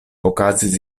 okazis